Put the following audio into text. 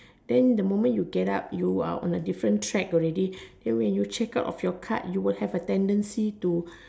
then the moment you get up you are on a different track already then when you check out of your cart you will have a tendency to